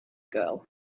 girl